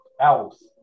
else